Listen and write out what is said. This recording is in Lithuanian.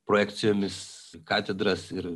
projekcijomis katedras ir